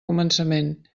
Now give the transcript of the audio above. començament